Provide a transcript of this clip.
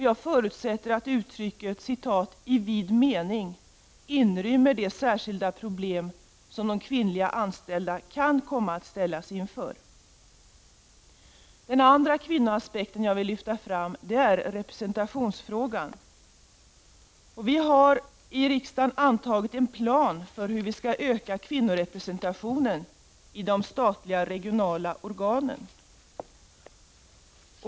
Jag förutsätter att uttrycket ”i vid mening” inrymmer de särskilda problem som de kvinnliga anställda kan komma att ställas inför. Den andra kvinnoaspekten som jag vill lyfta fram är representationsfrågan. Riksdagen har antagit en plan för hur kvinnorepresentationen skall förbättras i de statliga regionala organen.